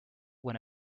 when